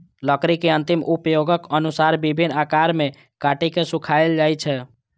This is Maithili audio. लकड़ी के अंतिम उपयोगक अनुसार विभिन्न आकार मे काटि के सुखाएल जाइ छै